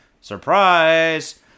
Surprise